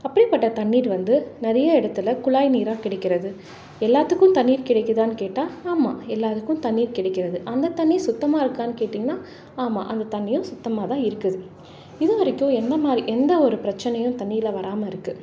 அப்படிப்பட்ட தண்ணீர் வந்து நிறைய இடத்துல குழாய் நீராக கிடைக்கிறது எல்லாத்துக்கும் தண்ணீர் கிடைக்குதானு கேட்டால் ஆமாம் எல்லாருக்கும் தண்ணீர் கிடைக்கிறது அந்த தண்ணீர் சுத்தமாக இருக்கானு கேட்டீங்கன்னா ஆமாம் அந்த தண்ணீர் சுத்தமாக தான் இருக்குது இது வரைக்கும் எந்த மாதிரி எந்த ஒரு பிரச்சனையும் தண்ணீர்ல வராமல் இருக்குது